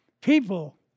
people